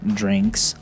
drinks